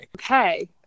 Okay